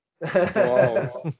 Wow